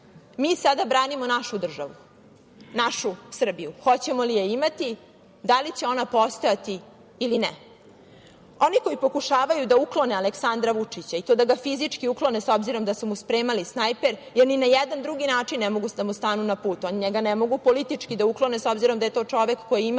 Mi sada branimo našu državu, našu Srbiju, hoćemo li je imati, da li će ona postojati ili ne. Oni koji pokušavaju da uklone Aleksandra Vučića i to da ga fizički uklone s obzirom da su mu spremali snajper jer ni na jedan drugi način ne mogu da mu stanu na put, oni njega ne mogu politički da uklone s obzirom da je to čovek koji ima